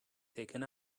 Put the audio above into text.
taken